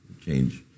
change